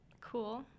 Cool